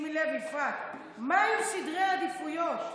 שימי לב, יפעת, מהם סדרי העדיפויות.